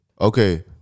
Okay